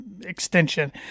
extension